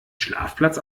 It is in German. schlafplatz